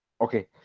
Okay